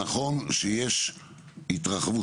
שנכון שיש התרחבות.